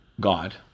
God